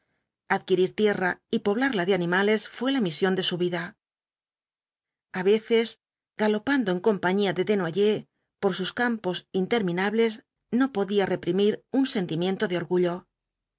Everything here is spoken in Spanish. adquirir tierra y poblarla de animales fué la misión de su vida a veces galopando en compañía de desnoyers por sus campos interminables no podía reprimir un sentimiento de orgullo